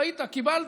ראית, קיבלתי.